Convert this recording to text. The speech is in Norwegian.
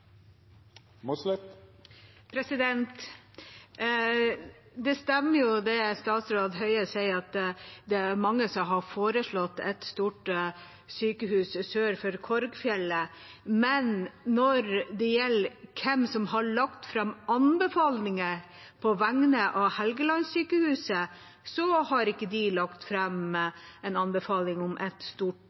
minutt. Det stemmer, det statsråd Høie sier, at det er mange som har foreslått ett stort sykehus sør for Korgfjellet, men når det gjelder hvem som har lagt fram anbefalingene på vegne av Helgelandssykehuset, har ikke de lagt fram en anbefaling om ett stort